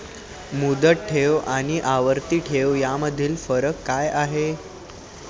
मुदत ठेव आणि आवर्ती ठेव यामधील फरक काय आहे?